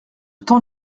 temps